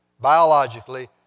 biologically